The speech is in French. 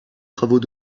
travaux